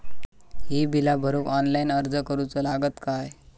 ही बीला भरूक ऑनलाइन अर्ज करूचो लागत काय?